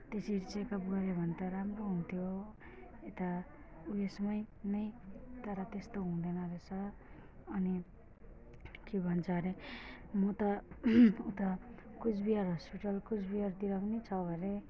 त्यसरी चेकअप गऱ्यो भने त राम्रो हुन्थ्यो यता उयसमै नै तर त्यस्तो हुँदैन रहेछ अनि के भन्छ अरे म त उता कुचबिहार हस्पिटल कुचबिहारतिर पनि छ अरे